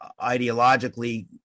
ideologically